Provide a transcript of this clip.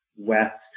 west